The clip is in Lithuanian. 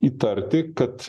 įtarti kad